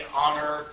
honor